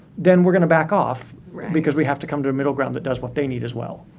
then we're going to back off because we have to come to a middle ground that does what they need as well